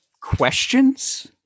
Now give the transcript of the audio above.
questions